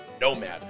Nomad